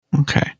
Okay